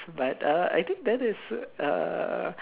but uh I think that is err